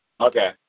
Okay